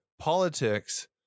politics